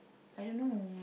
I don't know